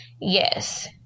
Yes